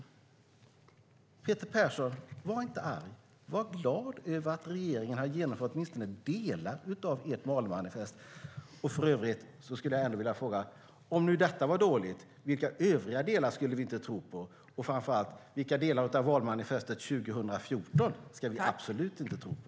Peter Persson, var inte arg! Var glad över att regeringen har genomfört åtminstone delar av ert valmanifest! För övrigt vill jag också fråga: Om nu detta var dåligt, vilka övriga delar skulle vi inte tro på? Och framför allt, vilka delar av valmanifestet 2014 ska vi absolut inte tro på?